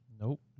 Nope